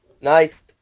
Nice